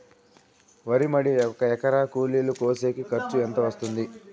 వరి మడి ఒక ఎకరా కూలీలు కోసేకి ఖర్చు ఎంత వస్తుంది?